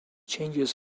changes